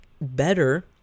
Better